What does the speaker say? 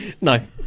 No